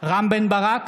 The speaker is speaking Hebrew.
רם בן ברק,